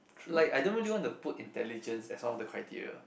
like I don't really want to put intelligence as one of the criteria